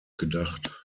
gedacht